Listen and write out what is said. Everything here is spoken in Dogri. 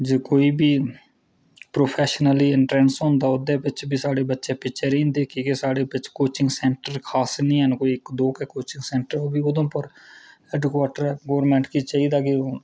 कोई बी प्रौफैशनली ऐंट्रैसं होंदा ओह्दे च बी साढै बच्चे पिच्छै रेही जंदे कि जे साढ़ै इत्थैं कोचिंग सैंटर खास नीं ऐ न दो गै कोचिंग सैंटर न ओह् बी उधमपुर हैडकुआटर ऐ गोरमैंट गी चाहिदा कि